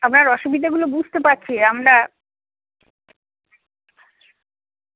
আপনার অসুবিধেগুলো বুঝতে পারছি আমরা